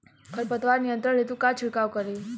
खर पतवार नियंत्रण हेतु का छिड़काव करी?